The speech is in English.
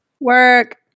Work